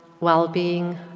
well-being